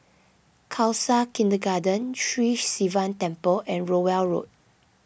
Khalsa Kindergarten Sri Sivan Temple and Rowell Road